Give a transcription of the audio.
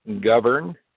govern